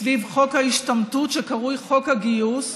סביב חוק ההשתמטות שקרוי חוק הגיוס.